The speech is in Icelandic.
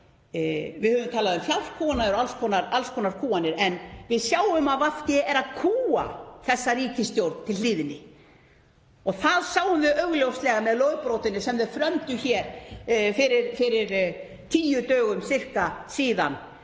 Við höfum talað um fjárkúganir og alls konar kúganir en við sjáum að VG er að kúga þessa ríkisstjórn til hlýðni. Það sáum við augljóslega með lögbrotinu sem þau frömdu fyrir sirka tíu dögum síðan